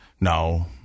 No